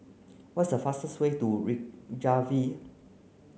what's the fastest way to Reykjavik